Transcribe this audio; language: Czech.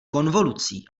konvolucí